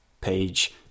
page